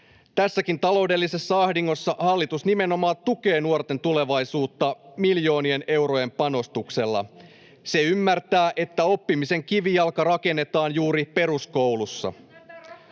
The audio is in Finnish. Tässäkin taloudellisessa ahdingossa hallitus nimenomaan tukee nuorten tulevaisuutta miljoonien eurojen panostuksella. Se ymmärtää, että oppimisen kivijalka rakennetaan juuri peruskoulussa.